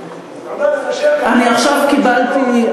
אני עכשיו קיבלתי,